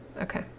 okay